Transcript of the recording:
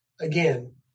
Again